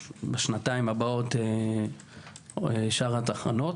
ובשנתיים הבאות שאר התחנות.